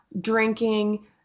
drinking